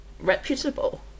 reputable